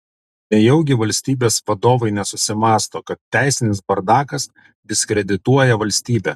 nejaugi valstybės vadovai nesusimąsto kad teisinis bardakas diskredituoja valstybę